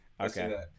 Okay